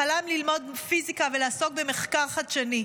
חלם ללמוד פיזיקה ולעסוק במחקר חדשני.